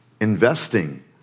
investing